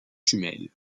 jumelles